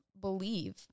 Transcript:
believe